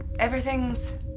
Everything's